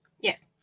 Yes